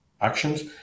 actions